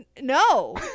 No